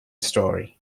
story